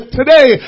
today